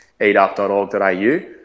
eatup.org.au